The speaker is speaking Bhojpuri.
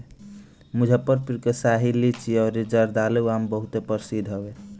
मुजफ्फरपुर के शाही लीची अउरी जर्दालू आम बहुते प्रसिद्ध हवे